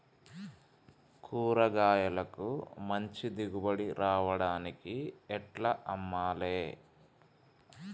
కూరగాయలకు మంచి దిగుబడి రావడానికి ఎట్ల అమ్మాలే?